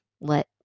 let